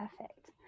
Perfect